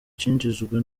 cinjijwe